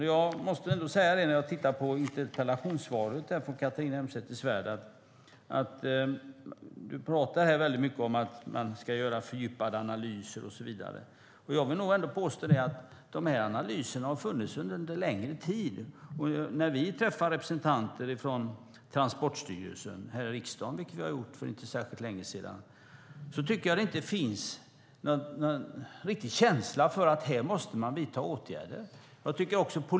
När jag lyssnar på interpellationssvaret, Catharina Elmsäter-Svärd, måste jag säga att du pratar mycket om att man ska göra fördjupade analyser och så vidare. Jag vill påstå att de analyserna har funnits under längre tid. När vi träffar representanter från Transportstyrelsen här i riksdagen, vilket vi gjorde för inte särskilt länge sedan, tycker jag inte att det finns någon riktig känsla för att man måste vidta åtgärder.